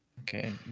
Okay